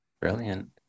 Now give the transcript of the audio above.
Brilliant